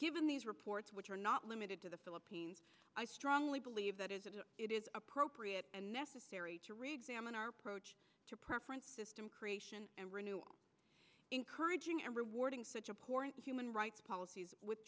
given these reports which are not limited to the philippines i strongly believe that is it is appropriate and necessary to reexamine our approach to preference system creation and renewal encouraging and rewarding such important human rights policies with